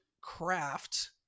craft